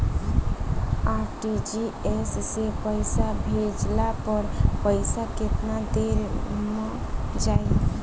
RTGS से पईसा भेजला पर पईसा केतना देर म जाई?